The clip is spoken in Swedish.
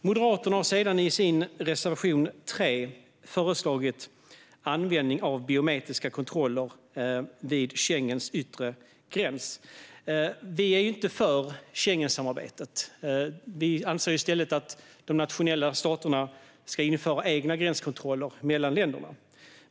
Moderaterna har i sin reservation 3 föreslagit användning av biometriska kontroller vid Schengens yttre gräns. Vi är inte för Schengensamarbetet utan anser i stället att de nationella staterna ska införa egna gränskontroller mellan länderna.